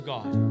God